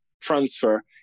transfer